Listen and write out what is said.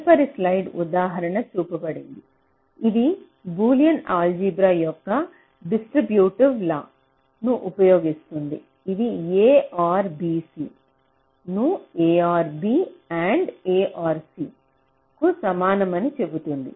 తదుపరి స్లైడ్లో ఉదాహరణ చూపబడింది ఇది బూలియన్ ఆల్జీబ్రా యొక్క డిస్ట్రిబ్యూట్ లా ను ఉపయోగిస్తుంది ఇది a ఆర్ bc ను a or b and a or c కు సమానమని చెబుతుంది